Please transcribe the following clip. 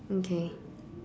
okay